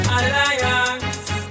Alliance